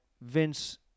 Vince